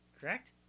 Correct